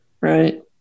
right